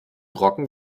brocken